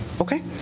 Okay